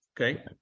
Okay